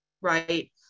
right